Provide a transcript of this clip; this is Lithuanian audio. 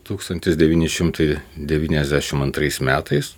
tūkstantos devyni šimtai devyniasdešimt antrais metais